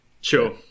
Sure